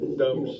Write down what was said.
dumb